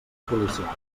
policials